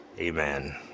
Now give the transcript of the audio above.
Amen